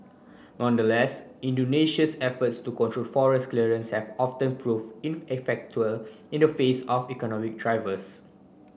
nonetheless Indonesia's efforts to control forest clearance have often prove in the face of economic drivers